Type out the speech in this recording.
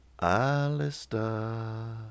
Alistair